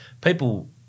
people